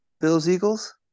Bills-Eagles